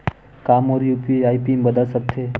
का मोर UPI PIN बदल सकथे?